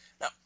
Now